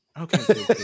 Okay